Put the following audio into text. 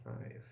five